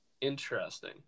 interesting